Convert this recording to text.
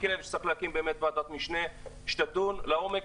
מיקי לוי שצריך להקים ועדת משנה שתדון לעומק,